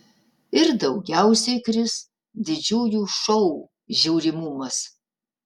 ir daugiausiai kris didžiųjų šou žiūrimumas